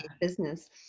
business